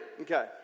Okay